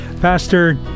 Pastor